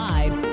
Live